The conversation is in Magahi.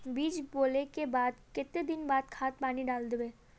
बीज बोले के बाद केते दिन बाद खाद पानी दाल वे?